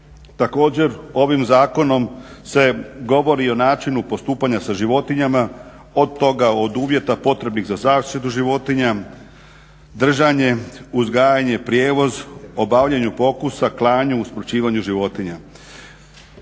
Također, ovim zakonom se govori i o načinu postupanja sa životinjama od toga od uvjeta potrebnih za zaštitu životinja, držanje, uzgajanje, prijevoz, obavljanje pokusa, klanje, usmrćivanje životinja.